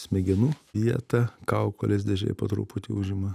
smegenų vietą kaukolės dėžėj po truputį užima